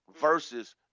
versus